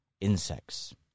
insects